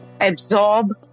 absorb